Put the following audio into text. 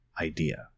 idea